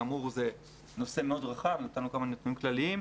כאמור, זה נושא מאוד רחב, נתנו כמה נתונים כלליים.